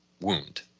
wound